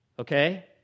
Okay